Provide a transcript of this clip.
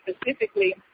specifically